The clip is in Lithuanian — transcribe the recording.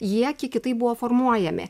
jie kiek kitaip buvo formuojami